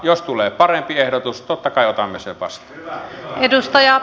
jos tulee parempi ehdotus totta kai otamme sen vastaan